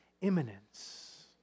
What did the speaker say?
imminence